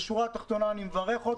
בשורה התחתונה אני מברך.